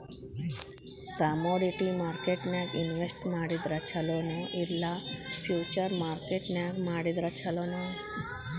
Commodity ಮಾರ್ಕೆಟ್ನ್ಯಾಗ್ invest ಮಾಡಿದ್ರ ಛೊಲೊ ನೊ ಇಲ್ಲಾ ಫ್ಯುಚರ್ ಮಾರ್ಕೆಟ್ ನ್ಯಾಗ್ ಮಾಡಿದ್ರ ಛಲೊನೊ?